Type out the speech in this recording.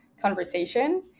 conversation